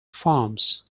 farms